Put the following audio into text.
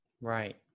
Right